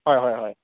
হয় হয় হয়